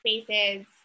spaces